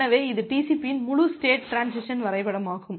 எனவே இது TCP இன் முழு ஸ்டேட் டிரான்சிசன் வரைபடமாகும்